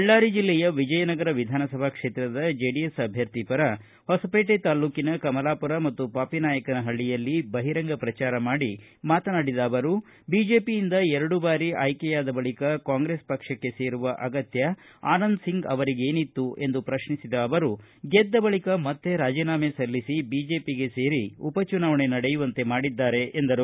ಬಳ್ಳಾರಿ ಜಿಲ್ಲೆಯ ವಿಜಯನಗರ ವಿಧಾನಸಭಾ ಕ್ಷೇತ್ರದ ಚೆಡಿಎಸ್ ಅಭ್ಯರ್ಥಿ ಪರ ಹೊಸಪೇಟೆ ತಾಲ್ಲೂಕಿನ ಕಮಲಾಪುರ ಮತ್ತು ಪಾಪಿ ನಾಯಕನ ಹಳ್ಳಿಯಲ್ಲಿ ಬಹಿರಂಗ ಪ್ರಚಾರ ಮಾಡಿ ಮಾತನಾಡಿದ ಅವರು ಬಿಜೆಪಿಯಿಂದ ಎರಡು ಬಾರಿ ಆಯ್ಕೆಯಾದ ಬಳಿಕ ಕಾಂಗ್ರೆಸ್ ಪಕ್ಷಕ್ಕೆ ಸೇರುವ ಅಗತ್ತ ಆನಂದುಿಂಗ್ ಅವರಿಗೇನಿತ್ತು ಎಂದು ಪ್ರಷ್ನಿಸಿದ ಅವರು ಗೆದ್ದ ಬಳಿಕ ಮತ್ತೆ ರಾಜೀನಾಮೆ ಸಲ್ಲಿಸಿ ಬಿಜೆಪಿಗೆ ಸೇರಿ ಉಪ ಚುನಾವಣೆ ನಡೆಯುವಂತೆ ಮಾಡಿದ್ದಾರೆ ಎಂದರು